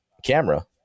camera